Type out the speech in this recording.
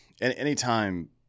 anytime